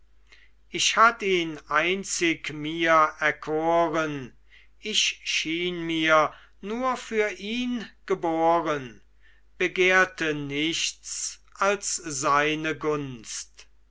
ich hatt ihn einzig mir erkoren ich schien mir nur für ihn geboren begehrte nichts als seine gunst